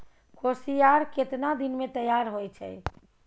कोसियार केतना दिन मे तैयार हौय छै?